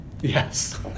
yes